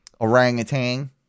orangutan